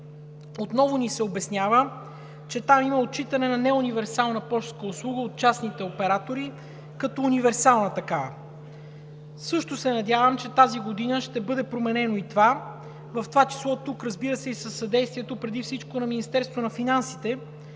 Отново ни се обяснява, че там има отчитане на неуниверсална пощенска услуга от частните оператори като универсална такава. Също се надявам, че тази година ще бъде променено и това, в това число, разбира се, и със съдействието преди всичко на Министерството на финансите,